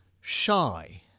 shy